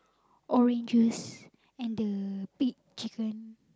orange juice and the big chicken